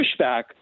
pushback